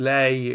Lei